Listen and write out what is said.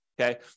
okay